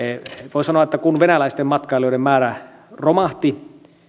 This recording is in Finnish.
voi sanoa että kun venäläisten matkailijoiden määrä romahti